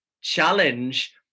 challenge